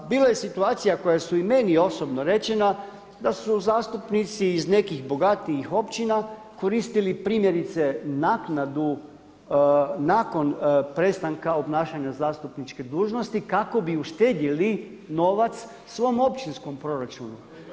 Bilo je situacija koja su meni osobno rečena da su zastupnici iz nekih bogatijih općina koristili primjerice naknadu nakon prestanka obnašanja zastupničke dužnosti kako bi uštedjeli novac svom općinskom proračunu.